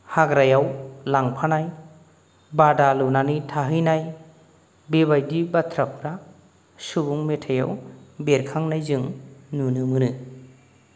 हाग्रायाव लांफानाय बादा लुनानै थाहैनाय बेबायदि बाथ्राफोरा सुबुं मेथायाव बेरखांनाय जों नुनो मोनो